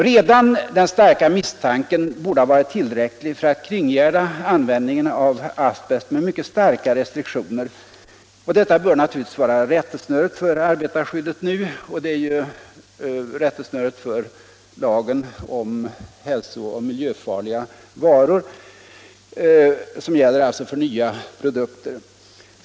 Redan den starka misstanken borde ha varit tillräcklig för att kringgärda användningen av asbest med mycket starka restriktioner. Detta bör naturligtvis vara rättesnöret för arbetarskyddet, och så är även fallet med lagen om hälsooch miljöfarliga varor, som gäller för nya produkter.